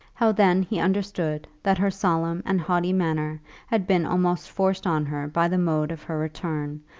how then he understood that her solemn and haughty manner had been almost forced on her by the mode of her return,